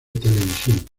televisión